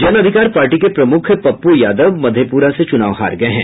जन अधिकार पार्टी के प्रमुख पप्पू यादव मधेप्रा से चुनाव हार गये हैं